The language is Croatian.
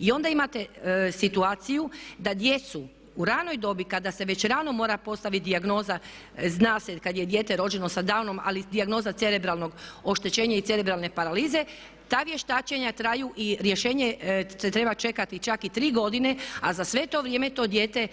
I onda imate situaciju da djecu u ranoj dobi kada se već rano mora postaviti dijagnoza, zna se kad je dijete rođeno sa downom ali dijagnoza cerebralnog oštećenja i cerebralne paralize ta vještačenja traju i rješenje se treba čekati čak i 3 godine a za sve to vrijeme to dijete